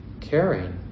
caring